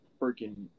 freaking